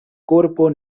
korpo